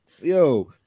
Yo